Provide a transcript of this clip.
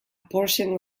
portion